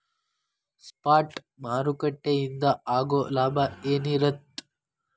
Spot ಮಾರುಕಟ್ಟೆಯಿಂದ ಆಗೋ ಲಾಭ ಏನಿರತ್ತ?